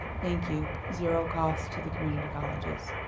thank you. zero cost to the community colleges.